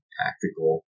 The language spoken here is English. tactical